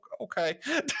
okay